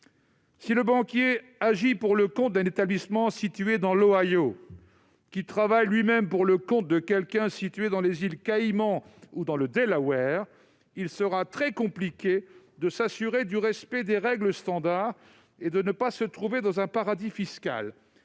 Si la banque agit pour le compte d'un établissement situé dans l'Ohio, qui travaille lui-même pour le compte de quelqu'un situé dans les îles Caïman ou dans le Delaware, il sera très compliqué de s'assurer du respect des règles standard et de ne pas se trouver dans un paradis fiscal.